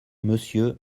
monsieur